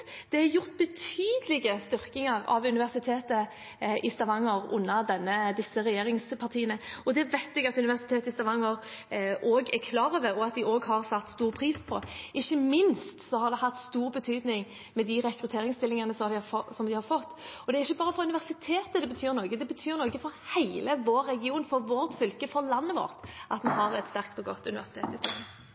Det er gjort betydelige styrkinger av Universitetet i Stavanger med disse regjeringspartiene, og det vet jeg at Universitetet i Stavanger er klar over, og at de har satt stor pris på. Ikke minst har de rekrutteringsstillingene de har fått, hatt stor betydning. Og det er ikke bare for universitetet det betyr noe. Det betyr noe for hele vår region, for fylket vårt og for landet at vi har et sterkt og godt universitet i